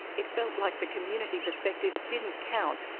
it felt like the community perspective didn't count,